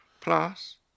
plus